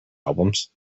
albums